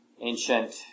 ancient